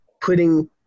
putting